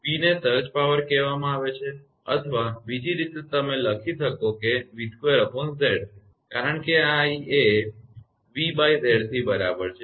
P ને surge power કહેવામાં આવે છે અથવા બીજી રીતે તમે આ લખી શકો છો તે 𝑉2𝑍𝑐 છે કારણકે આ i એ 𝑉𝑍𝑐 બરાબર છે